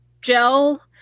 gel